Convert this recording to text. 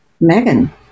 megan